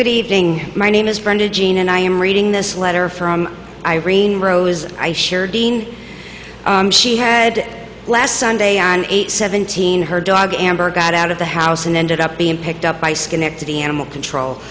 good evening my name is brenda jean and i am reading this letter from irene rose in she had last sunday on eight seventeen her dog amber got out of the house and ended up being picked up by schenectady animal control